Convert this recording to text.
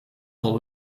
van